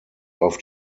auf